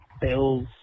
Bills